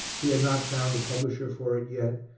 he had not found a publisher for it yet,